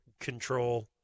control